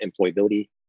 employability